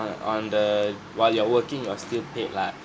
on on the while you are working you are still paid lah